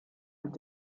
und